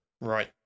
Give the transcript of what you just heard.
Right